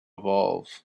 evolve